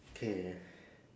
okay